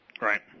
Right